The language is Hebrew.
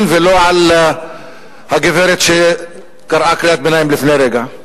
ולא על הגברת שקראה קריאת ביניים לפני רגע,